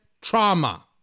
trauma